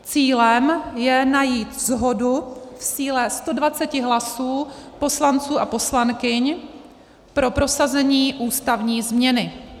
Cílem je najít shodu v síle 120 hlasů poslanců a poslankyň pro prosazení ústavní změny.